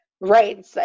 Right